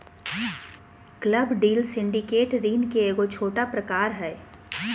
club deal syndicate ऋण के एगो छोटा प्रकार हय